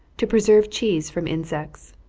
to preserve cheese from insects.